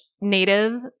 native